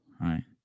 right